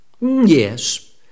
Yes